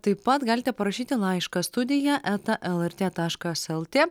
taip pat galite parašyti laišką studija eta lrt taškas lt